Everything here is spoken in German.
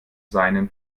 seinen